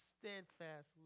steadfast